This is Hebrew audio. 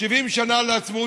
חברת הכנסת מיכל